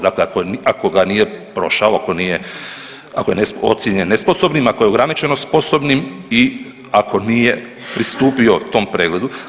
Dakle, ako ga nije prošao, ako nije, ako je ocijenjen nesposobnim, ako je ograničeno sposobnim i ako nije pristupio tom pregledu.